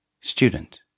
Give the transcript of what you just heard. Student